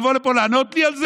לבוא לפה לענות לי על זה?